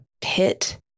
pit